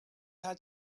had